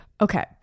Okay